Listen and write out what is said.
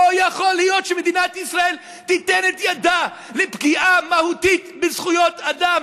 לא יכול להיות שמדינת ישראל תיתן את ידה לפגיעה מהותית בזכויות אדם,